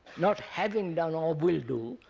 not having done, or will do,